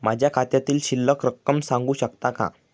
माझ्या खात्यातील शिल्लक रक्कम सांगू शकता का?